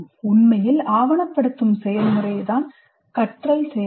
உண்மையில் ஆவணப்படுத்தும் செயல்முறை தான் கற்றல் செயல்முறை